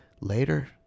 later